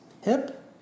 hip